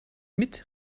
mit